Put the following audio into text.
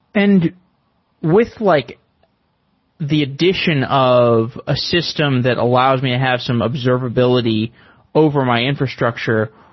and with like the addition of a system that allows me to have some observability over my infrastructure,